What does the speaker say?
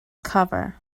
cover